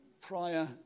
prior